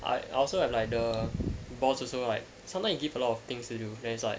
I I also have like the boss also like sometimes he give a lot of things to do then it's like